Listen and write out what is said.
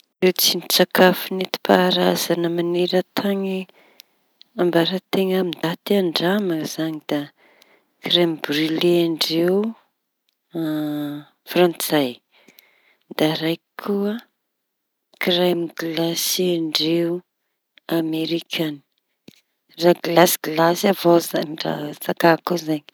Ireo tsindri-tsakafo nentim-paharazana mañeran-tañy ambaran-tea amin'ny ndaty handramañy da kiraimy briley ndreo frantsay. Da raiky koa kiraimy gilasy ndreo amerikaña raha gilasy gilasy avao zañy raha zakako zay.